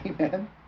Amen